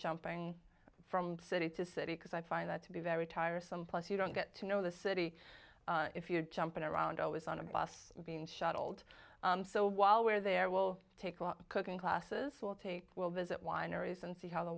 jumping from city to city because i find that to be very tiresome plus you don't get to know the city if you're jumping around always on a bus being shuttled so while we're there will take cooking classes will visit wineries and see how the